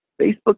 Facebook